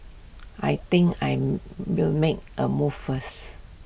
I think I am will make A move first